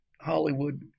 Hollywood